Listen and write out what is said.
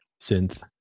synth